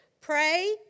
pray